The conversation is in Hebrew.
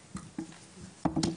טוב, אנחנו